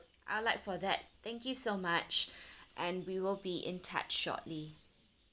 I'd like for that thank you so much and we will be in touch shortly